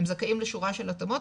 הם זכאים לשורה של התאמות,